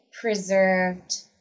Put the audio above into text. preserved